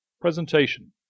Presentation